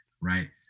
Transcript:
right